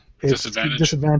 Disadvantage